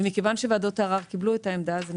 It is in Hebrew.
ומכיוון שוועדות הערר קיבלו את העמדה הזאת,